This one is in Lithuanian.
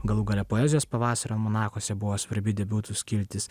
galų gale poezijos pavasario almanachuose buvo svarbi debatų skiltis